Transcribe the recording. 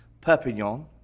perpignan